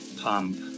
Pump